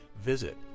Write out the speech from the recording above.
visit